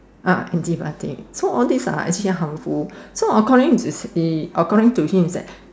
uh antibiotic so all this are actually harmful so according to he according to him is that